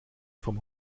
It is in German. vom